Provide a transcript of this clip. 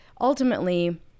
ultimately